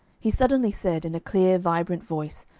he suddenly said, in a clear vibrant voice,